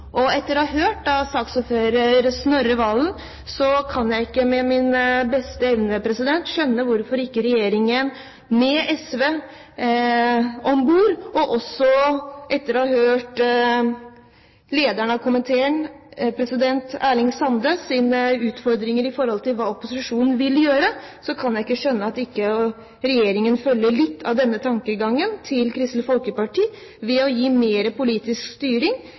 styring. Etter å ha hørt på saksordfører Snorre Valen og også på komitéleder Erling Sandes utfordringer i forhold til hva opposisjonen vil gjøre, kan jeg ikke med min beste evne skjønne hvorfor ikke regjeringen, med SV om bord, følger litt av tankegangen til Kristelig Folkeparti, med mer politisk styring